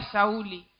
Sauli